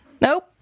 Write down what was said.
nope